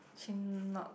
not